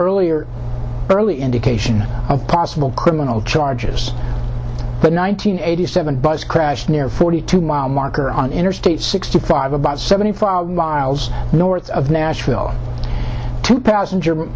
earlier early indication of possible criminal charges but nine hundred eighty seven bus crash near forty two mile marker on interstate sixty five about seventy five miles north of nashville two passenger